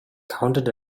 counted